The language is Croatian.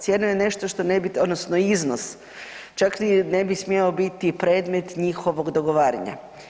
Cijena je nešto što ne bi odnosno iznos, čak ne bi smio biti predmet njihovog dogovaranja.